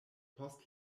post